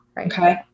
Okay